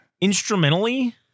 instrumentally